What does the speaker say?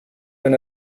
wenn